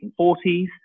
1940s